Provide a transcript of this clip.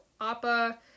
Appa